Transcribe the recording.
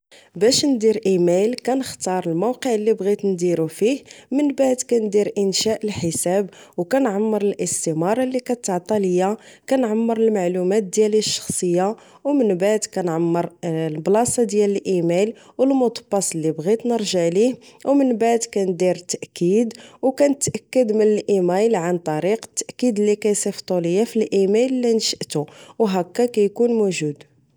باش ندير ايميل كنختار الموقع اللي بغيت نديرو فيه من بعد كندير انشاء الحساب و كنعمر الاستمارة اللي كتعطى ليا كنعمر المعلومات الشخصية و من بعد كنعمر البلاصة ديال الايميل و المود باس الا بغيت نرجع ليه و من بعد كندير تأكيد و كنتأكد من الايميل عن طريق التأكيد ليكيصيفتوه ليا في الايميل اللي نشأته و هكا تيكون موجود